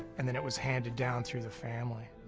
and then it was handed down through the family.